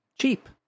cheap